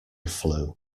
flew